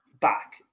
back